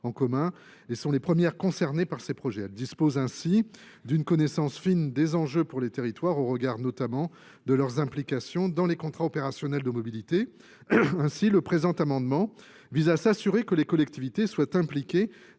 en commun et sont les 1ʳᵉˢ concernées par ces projets. Elles disposent ainsi d'une connaissance fine des enjeux pour les territoires au regard notamment de leur implication dans les contrats opérationnels de mobilité ainsi que le présent amendement vise à s'assurer que les collectivités soient impliquées